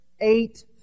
eight